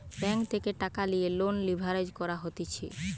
bank থেকে টাকা লিয়ে লোন লিভারেজ করা হতিছে